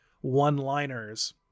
one-liners